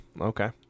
Okay